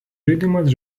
žaidimas